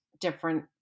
different